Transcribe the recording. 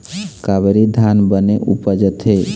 कावेरी धान बने उपजथे?